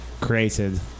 created